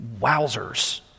Wowzers